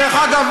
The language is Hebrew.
דרך אגב,